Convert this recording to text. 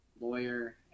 lawyer